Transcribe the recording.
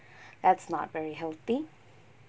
that's not very healthy